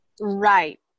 right